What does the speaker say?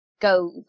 go